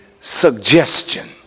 suggestion